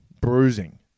bruising